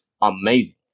amazing